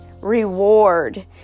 reward